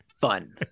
fun